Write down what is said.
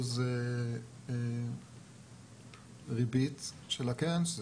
3% ריבית של הקרן.